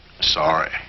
Sorry